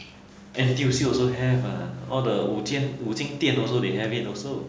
N_T_U_C also have ah all the 午间五金店 also they have it also